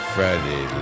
Friday